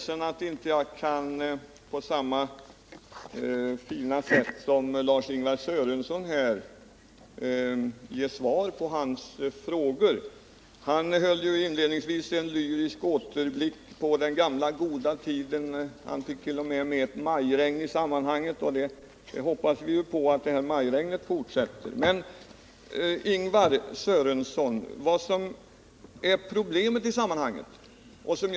Herr talman! Jag är ledsen att jag inte kan ge svar på Lars-Ingvar Sörensons frågor på samma fina sätt som han framställer dem. Han gjorde ju inledningsvis en lyrisk återblick på den gamla goda tiden. Han fick ju även med ett majregn i sammanhanget, och vi får väl hoppas att det majregnet fortsätter. Men problemet när det gäller satsningen i Åre, Lars-Ingvar Sörenson, är pengarna.